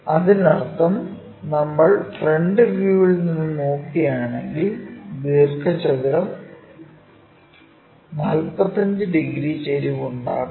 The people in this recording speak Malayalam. അതിനർത്ഥം നമ്മൾ ഫ്രണ്ട് വ്യൂവിൽ നിന്ന് നോക്കുകയാണെങ്കിൽ ദീർഘചതുരം 45 ഡിഗ്രി ചെരിവ് ഉണ്ടാക്കുന്നു